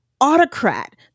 autocrat